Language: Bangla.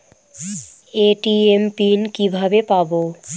এ.টি.এম পিন কিভাবে পাবো?